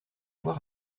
voir